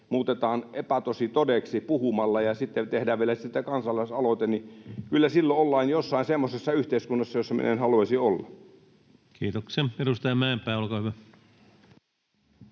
muutetaan epätosi todeksi puhumalla ja sitten vielä tehdään siitä kansalaisaloite, niin kyllä silloin ollaan jossain semmoisessa yhteiskunnassa, jossa minä en haluaisi olla. Kiitoksia. — Edustaja Mäenpää, olkaa hyvä.